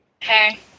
hey